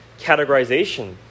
categorization